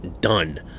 done